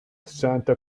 santa